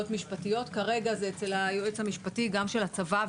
כרגע זה אצל היועץ המשפטי גם של הצבא,